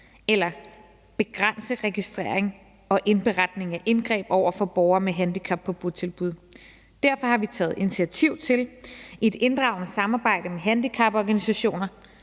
eller begrænset registrering og indberetning af indgreb over for borgere med handicap på botilbud. Derfor har vi taget initiativ til i et inddragende samarbejde med handicaporganisationer